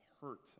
hurt